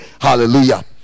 Hallelujah